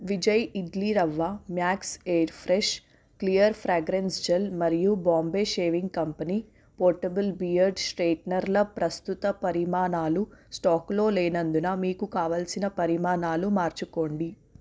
Vijay idli rava Max air fresh clear fragrance gel మరియు Bombay shaving company portable beard స్ట్రైటనర్ల ప్రస్తుత పరిమాణాలు స్టాకులో లేనందున మీకు కావలసిన పరిమాణాలు మార్చుకోండి